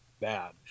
bad